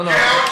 לא לא,